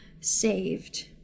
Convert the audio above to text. saved